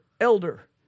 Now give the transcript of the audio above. elder